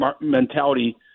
mentality